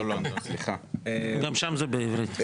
גם שם זה בעברית.